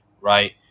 right